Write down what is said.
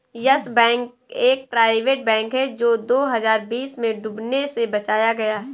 yes Bank एक private bank है जो दो हज़ार बीस में डूबने से बचाया गया